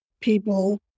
people